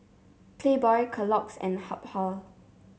Playboy Kellogg's and Habhal